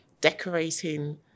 decorating